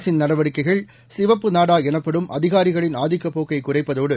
அரசின் நடடிக்கைகள் சிவப்பு நாடா எனப்படும் அதிகாரிகளின் ஆதிக்கப் போக்கை குறைப்பதோடு